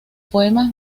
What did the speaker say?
poemas